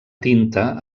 tinta